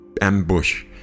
ambush